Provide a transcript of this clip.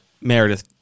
Meredith